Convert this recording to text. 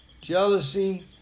jealousy